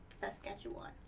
Saskatchewan